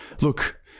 Look